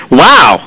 wow